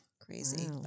crazy